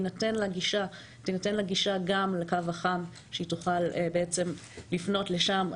תינתן גישה גם לקו החם והן תוכלנה לפנות לשם.